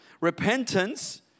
Repentance